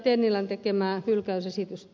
tennilän tekemää hylkäysesitystä